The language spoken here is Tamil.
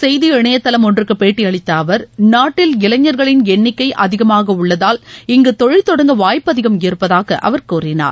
செய்தி இணையதளம் ஒன்றுக்கு பேட்டி அளித்த அவர் நாட்டில் இளைஞர்களின் எண்ணிக்கை அதிகமாக உள்ளதால் இங்கு தொழில் தொடங்க வாய்ப்பு அதிகம் இருப்பதாக அவர் கூறினார்